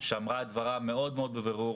שאמרה את דברה מאוד מאוד בבירור.